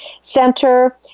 center